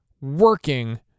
working